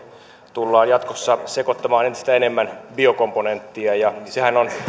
tullaan jatkossa sekoittamaan entistä enemmän biokomponenttia ja sehän on